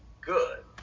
good